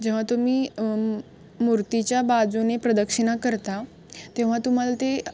जेव्हा तुम्ही मूर्तीच्या बाजूने प्रदक्षिणा करता तेव्हा तुम्हाला ते